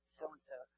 so-and-so